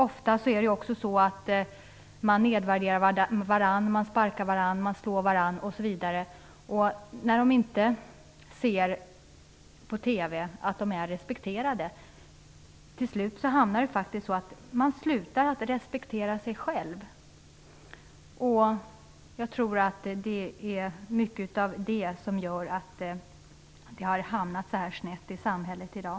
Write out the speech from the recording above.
Ofta är det ju också så, att man nedvärderar varandra, man sparkar varandra och man slår varandra osv. Om man på TV inte någon gång ser att man är respekterad, blir resultatet att man slutar att respektera sig själv. Och jag tror att många sådana faktorer har gjort att det gått så snett i vårt samhälle i dag.